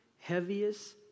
heaviest